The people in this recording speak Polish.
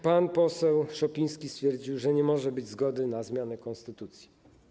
Pan poseł Szopiński stwierdził, że nie może być zgody na zmianę konstytucji.